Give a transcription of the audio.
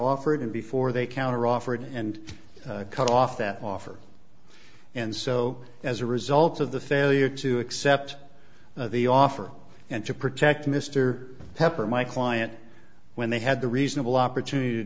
offered and before they counteroffer and cut off that offer and so as a result of the failure to accept the offer and to protect mr pepper my client when they had the reasonable opportunity to